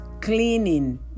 Cleaning